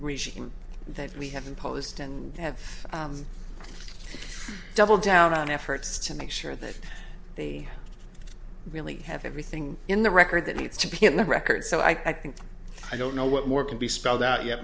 regime that we have imposed and have doubled down on efforts to make sure that they really have everything in the record that needs to be on the record so i think i don't know what more can be spelled out yet